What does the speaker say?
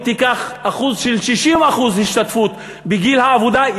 אם תיקח 60% השתתפות בגיל העבודה,